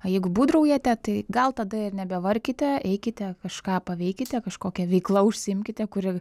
jeigu būdraujate tai gal tada ir nebevarkite eikite kažką paveikite kažkokia veikla užsiimkite kuri